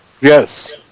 Yes